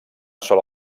sola